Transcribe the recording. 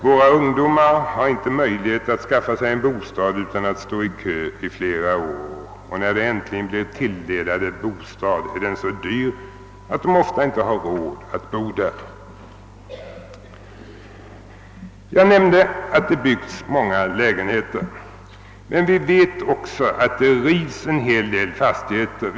Våra ungdomar har inte möjlighet att skaffa sig bostad utan att behöva stå i kö flera år, och när de äntligen blir tilldelade en bostad är den ofta så dyr, att de kanske inte har råd att bo där. Jag nämnde att det byggs många lägenheter. Vi vet emellertid också att en hel del fastigheter rivs.